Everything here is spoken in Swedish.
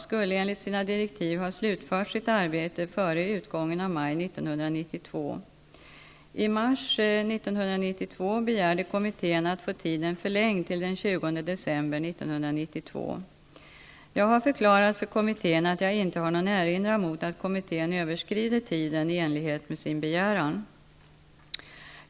december 1992. Jag har förklarat för kommittén att jag inte har någon erinran mot att kommittén överskrider tiden i enlighet med sin begäran.